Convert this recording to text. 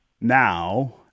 now